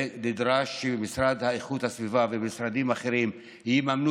ונדרש שהמשרד לאיכות הסביבה ומשרדים אחרים יממנו